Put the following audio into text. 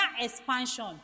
expansion